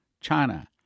China